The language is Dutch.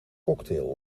cocktail